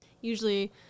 usually